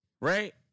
Right